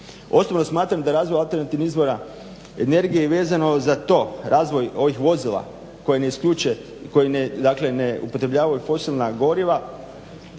Osobno smatram da razvoj alternativnih izvora energije i vezano za to razvoj ovih vozila koje ne isključuje, koji ne upotrebljavaju fosilna goriva